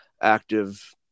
active